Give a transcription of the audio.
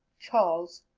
charles.